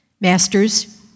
Masters